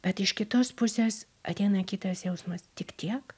bet iš kitos pusės ateina kitas jausmas tik tiek